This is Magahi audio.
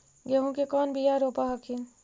गेहूं के कौन बियाह रोप हखिन?